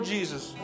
Jesus